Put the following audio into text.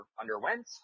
underwent